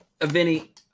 Vinny